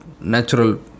natural